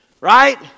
Right